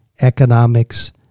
economics